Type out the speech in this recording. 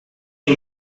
you